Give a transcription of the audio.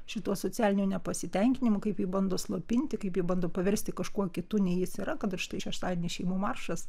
šituo socialiniu nepasitenkinimu kaip jį bando slopinti kaip jį bando paversti kažkuo kitu nei jis yra kad ir štai šeštadienį šeimų maršas